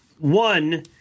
One